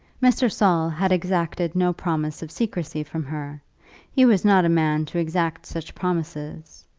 mr. saul had exacted no promise of secrecy from her he was not a man to exact such promises.